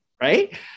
right